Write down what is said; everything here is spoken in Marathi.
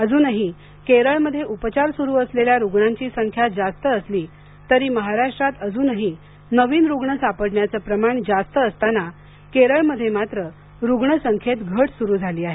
अजूनही केरळ मध्ये उपचार सुरू असलेल्या रुग्णांची संख्या जास्त असली तरी महाराष्ट्रात अजूनही नवीन रुग्ण सापडण्याचं प्रमाण जास्त असताना केरळ मध्ये मात्र रुग्ण संख्येत घट सुरू झाली आहे